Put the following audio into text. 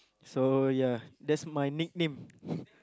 so ya that's my nickname